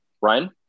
Ryan